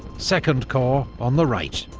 second corps on the right,